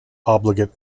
obligate